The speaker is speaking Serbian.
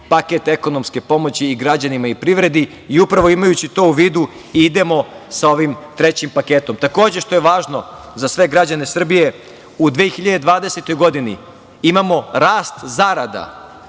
paket ekonomske pomoći i građanima i privredi i upravo imajući to u vidu idemo sa ovim trećim paketom. Takođe, što je važno za sve građane Srbije, u 2020. godini imamo rast zarada